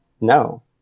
No